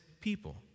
people